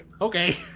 Okay